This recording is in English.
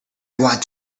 want